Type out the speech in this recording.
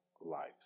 lives